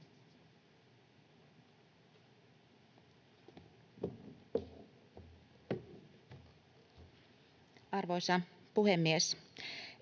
Arvoisa puhemies!